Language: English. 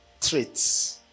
traits